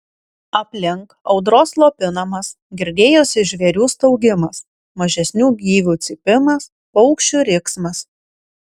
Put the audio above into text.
aplink audros slopinamas girdėjosi žvėrių staugimas mažesnių gyvių cypimas paukščių riksmas